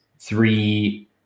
three